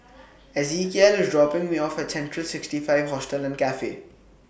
Ezekiel IS dropping Me off At Central sixty five Hostel and Cafe